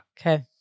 okay